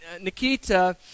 Nikita